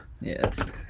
Yes